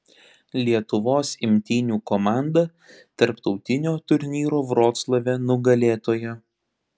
lietuvos imtynių komanda tarptautinio turnyro vroclave nugalėtoja